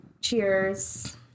cheers